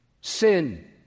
Sin